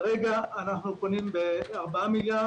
כרגע אנחנו פונים לגבי ארבעה מיליארד